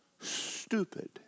stupid